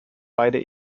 beide